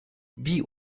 wie